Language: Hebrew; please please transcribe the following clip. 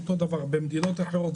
אותו דבר גם במדינות אחרות.